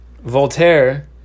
Voltaire